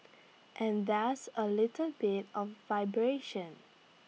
and there's A little bit of vibration